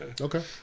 Okay